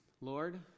Lord